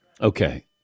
Okay